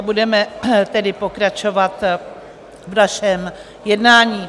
Budeme tedy pokračovat v našem jednání.